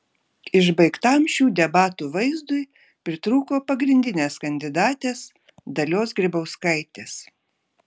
išbaigtam šių debatų vaizdui pritrūko pagrindinės kandidatės dalios grybauskaitės